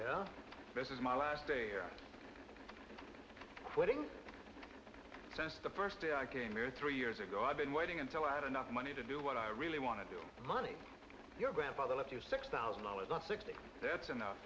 mcgonagall this is my last day quitting since the first day i came here three years ago i've been waiting until i had enough money to do what i really want to do the money your grandfather left you six thousand dollars not sixty that's enough